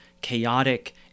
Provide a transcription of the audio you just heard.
chaotic